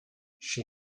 she